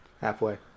Halfway